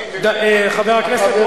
חברי הכנסת,